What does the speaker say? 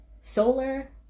solar